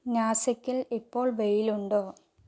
നാസിക്കിൽ ഇപ്പോൾ വെയിലുണ്ടോ